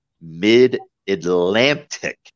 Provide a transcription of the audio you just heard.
mid-atlantic